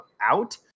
out